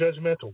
judgmental